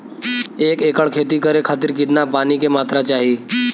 एक एकड़ खेती करे खातिर कितना पानी के मात्रा चाही?